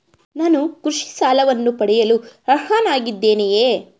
ನಾನು ಕೃಷಿ ಸಾಲವನ್ನು ಪಡೆಯಲು ಅರ್ಹನಾಗಿದ್ದೇನೆಯೇ?